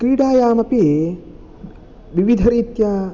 क्रीडायामपि विविधरीत्या